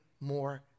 more